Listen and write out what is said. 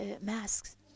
masks